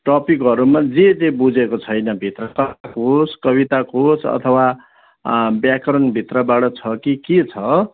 टपिकहरूमा जे जे बुजेको छैन भित्र कथाको होस् कविताको होस् अथवा व्याकरणभित्रबाट छ कि के छ